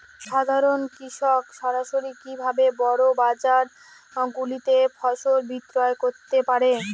সাধারন কৃষক সরাসরি কি ভাবে বড় বাজার গুলিতে ফসল বিক্রয় করতে পারে?